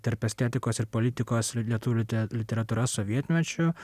tarp estetikos ir politikos lietuvių lite literatūra sovietmečiu